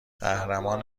قهرمان